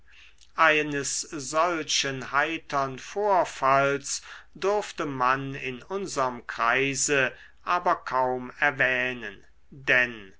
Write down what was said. eines solchen heitern vorfalls durfte man in unserm kreise aber kaum erwähnen denn